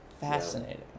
fascinating